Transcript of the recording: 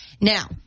Now